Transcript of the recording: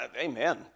amen